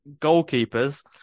goalkeepers